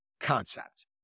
concept